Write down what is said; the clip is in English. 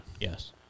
Yes